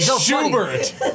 Schubert